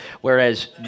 whereas